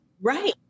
Right